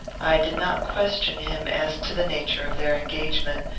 i did not question him as to the nature of their engagement,